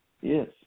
Yes